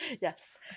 yes